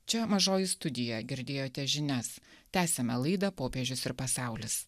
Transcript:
čia mažoji studija girdėjote žinias tęsiame laidą popiežius ir pasaulis